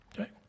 Okay